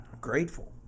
Grateful